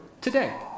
today